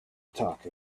talk